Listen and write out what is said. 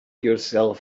yourself